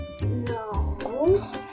No